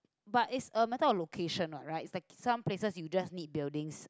but it's a matter of location what right is that some places you just need buildings